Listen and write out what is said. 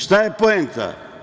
Šta je poenta?